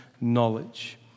knowledge